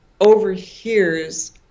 overhears